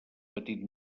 petit